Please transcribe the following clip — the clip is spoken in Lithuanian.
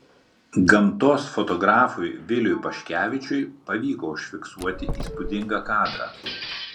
gamtos fotografui viliui paškevičiui pavyko užfiksuoti įspūdingą kadrą